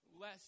less